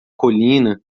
colina